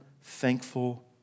thankful